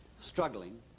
struggling